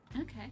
okay